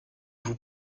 vous